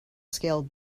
scale